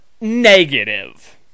negative